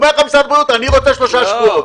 אומר לך משרד הבריאות: אני רוצה שלושה שבועות,